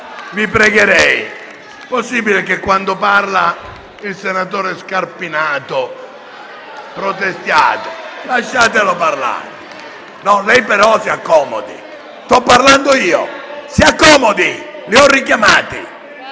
Non è possibile che quando parla il senatore Scarpinato protestiate, lasciatelo parlare. Lei però si accomodi, sto parlando io, si accomodi, li ho richiamati.